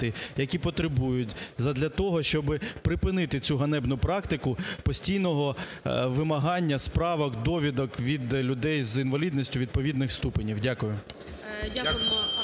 які потребують, задля того, щоби припинити цю ганебну практику постійного вимагання справок, довідок від людей з інвалідністю відповідних ступенів. Дякую.